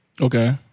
Okay